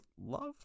love